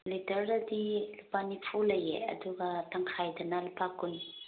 ꯂꯤꯇꯔꯗꯗꯤ ꯂꯨꯄꯥ ꯅꯤꯐꯨ ꯂꯩꯌꯦ ꯑꯗꯨꯒ ꯇꯪꯈꯥꯏꯗꯅ ꯂꯨꯄꯥ ꯀꯨꯟ